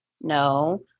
no